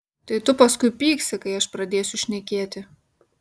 tai tu paskui pyksi kai aš pradėsiu šnekėti